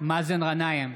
מאזן גנאים,